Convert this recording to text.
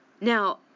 Now